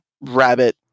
rabbit